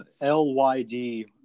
L-Y-D